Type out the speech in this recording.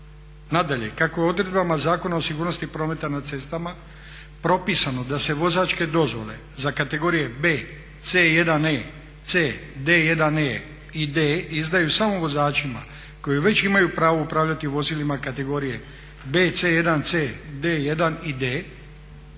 Nadalje, kako je odredbama Zakona o sigurnosti prometa na cestama propisano da se vozačke dozvole da kategorije B, C1 E, C, D1 E, D izdaju samo vozačima koji već imaju pravo upravljati vozilima kategorije B, C1 C, D1 i D,